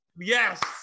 Yes